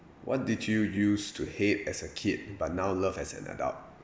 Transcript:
what did you used to hate as a kid but now love as an adult